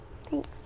Thanks